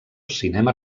cinema